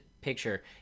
picture